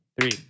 three